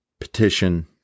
petition